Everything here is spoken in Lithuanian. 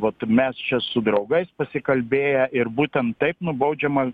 vat mes čia su draugais pasikalbėję ir būtent taip nubaudžiama